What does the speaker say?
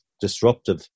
disruptive